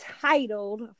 titled